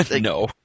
No